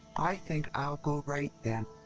i think i'll go right then.